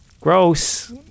gross